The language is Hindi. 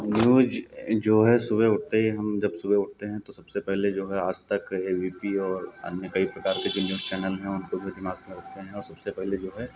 न्यूज़ जो है सुबह उठते ही हम जब सुबह उठते हैं तो सबसे पहले जो है Aaj Tak A B P और अन्य कई प्रकार के जो न्यूज़ चैनल है उनको भी दिमाग़ में रखते है और सबसे पहले जो है